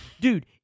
dude